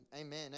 Amen